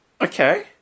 Okay